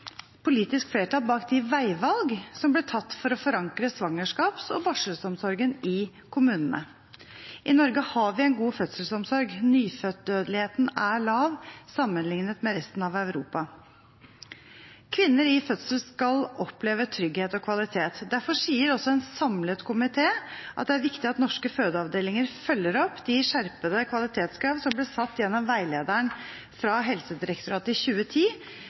politisk flertall bak de veivalg som ble tatt for å forankre svangerskaps- og barselsomsorgen i kommunene. I Norge har vi en god fødselsomsorg. Nyfødtdødeligheten er lav sammenlignet med resten av Europa. Kvinner i fødsel skal oppleve trygghet og kvalitet. Derfor sier også en samlet komité at det er viktig at norske fødeavdelinger følger opp de skjerpede kvalitetskrav som ble satt gjennom veilederen fra Helsedirektoratet i 2010,